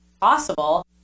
possible